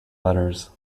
letters